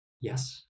Yes